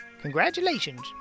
congratulations